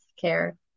care